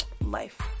life